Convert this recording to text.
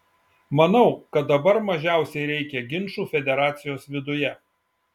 manau kad dabar mažiausiai reikia ginčų federacijos viduje